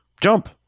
jump